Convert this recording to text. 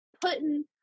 putting